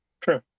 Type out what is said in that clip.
True